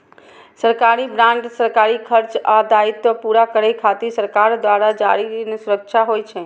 सरकारी बांड सरकारी खर्च आ दायित्व पूरा करै खातिर सरकार द्वारा जारी ऋण सुरक्षा होइ छै